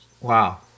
Wow